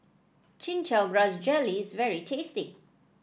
Chin Chow Grass Jelly is very tasty